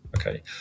Okay